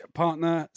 partner